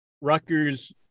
rutgers